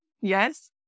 Yes